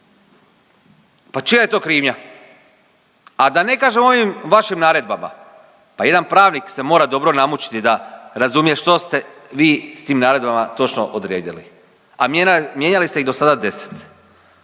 Pa čija je to krivnja? A da ne kažem o ovim vašim naredbama, pa jedan pravnik se mora dobro namučiti da razumije što ste vi s tim naredbama točno odredili, a mijenjali ste ih do sada 10,